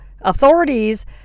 authorities